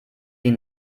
die